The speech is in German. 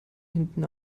hinten